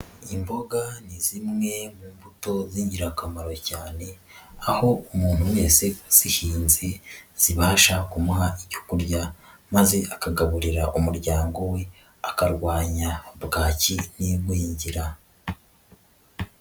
Imboga ni zimwe mu mbuto z'ingirakamaro cyane aho umuntu wese uzihinze zibasha kumuha icyo kurya maze akagaburira umuryango we akarwanya bwaki n'igwingira.